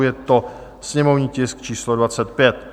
Je to sněmovní tisk číslo 25.